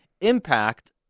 impact